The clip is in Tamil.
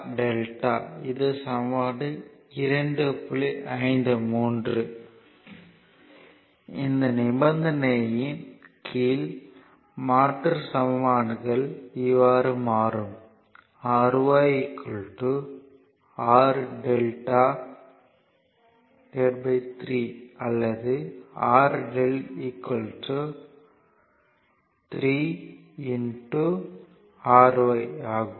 53 இந்த நிபந்தனையின் கீழ் மாற்று சமன்பாடுகள் இவ்வாறு மாறும் Ry RΔ3 அல்லது RΔ 3 Ry ஆகும்